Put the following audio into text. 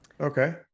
okay